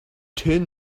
turn